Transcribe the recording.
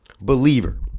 believer